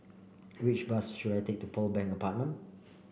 which bus should I take to Pearl Bank Apartment